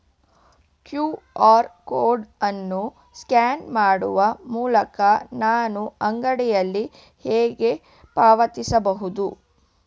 QR code ಅನ್ನು scan ಮಾಡುವ ಮೂಲಕ ನಾನು ಅಂಗಡಿಯಲ್ಲಿ ಹೇಗೆ ಪಾವತಿಸಬಹುದು?